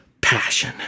Passion